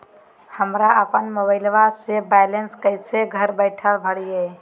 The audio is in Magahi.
हमरा अपन मोबाइलबा के बैलेंस कैसे घर बैठल भरिए?